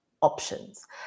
options